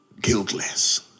guiltless